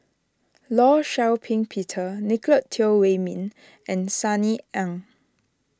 Law Shau Ping Peter Nicolette Teo Wei Min and Sunny Ang